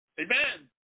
Amen